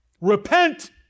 Repent